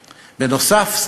בנוסף,